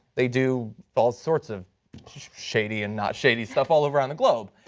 they do all sorts of shady and not shady stuff all around the globe.